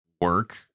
work